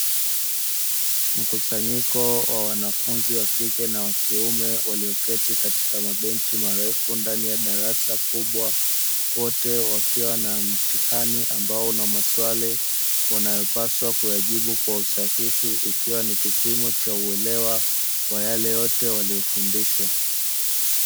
Mkusanyiko wa wanafunzi wa kike na wa kiume walioketi katika mabenchi marefu ndani ya darasa kubwa, wote wakiwa na mtihani ambao una maswali wanayopaswa kuyajibu kwa usahihi ikiwa ni kipimo cha uelewa wa yale yote waliyofundishwa.